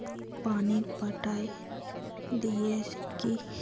पानी पटाय दिये की?